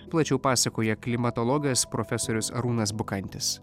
plačiau pasakoja klimatologas profesorius arūnas bukantis